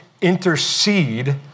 intercede